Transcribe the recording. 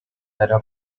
era